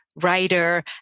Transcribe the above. writer